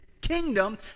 kingdom